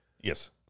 Yes